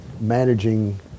managing